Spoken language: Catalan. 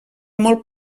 molt